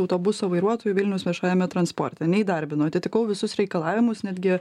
autobuso vairuotoju vilniaus viešajame transporte neįdarbino atitikau visus reikalavimus netgi